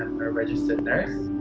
registered nurse